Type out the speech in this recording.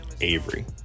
Avery